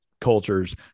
cultures